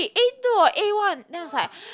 A two or A one then I was like